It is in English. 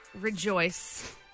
rejoice